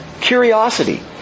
curiosity